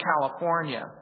California